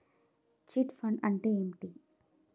Chit fund అంటే ఏంటి?